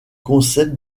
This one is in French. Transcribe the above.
concept